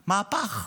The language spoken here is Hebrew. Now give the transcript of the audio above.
מהפך,